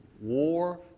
war